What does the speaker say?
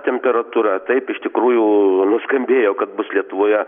temperatūra taip iš tikrųjų nuskambėjo kad bus lietuvoje